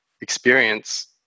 experience